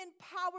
power